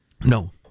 No